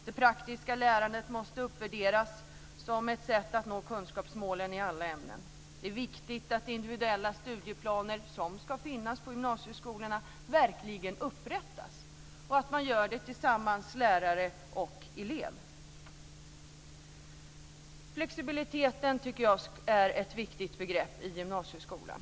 Det praktiska lärandet måste uppvärderas som ett sätt att nå kunskapsmålen i alla ämnen. Det är viktigt att individuella studieplaner, som ska finnas på gymnasieskolorna, verkligen upprättas och att man gör det här tillsammans mellan lärare och elev. Flexibilitet tycker jag är ett viktigt begrepp i gymnasieskolan.